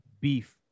beef